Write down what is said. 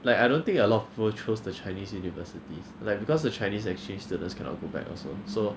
like I don't think a lot of people chose the chinese universities like because the chinese exchange students cannot go back also so